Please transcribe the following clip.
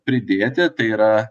pridėti tai yra